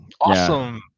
awesome